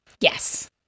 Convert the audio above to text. Yes